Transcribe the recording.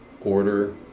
order